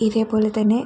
ഇതേപോല തന്നെ